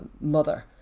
mother